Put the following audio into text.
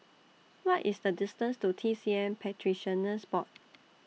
What IS The distance to T C M Practitioners Board